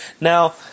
Now